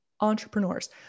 entrepreneurs